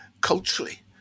culturally